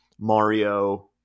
Mario